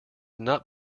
not